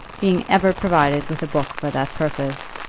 being ever provided with a book for that purpose.